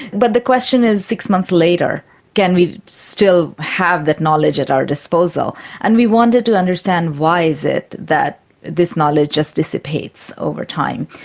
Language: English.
but the question is six months later can we still have that knowledge at our disposal and we wanted to understand why is it that this knowledge just dissipates over time.